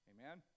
Amen